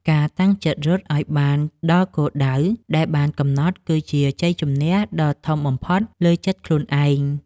ការតាំងចិត្តរត់ឱ្យបានដល់គោលដៅដែលបានកំណត់ គឺជាជ័យជម្នះដ៏ធំបំផុតលើចិត្តខ្លួនឯង។